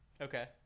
Okay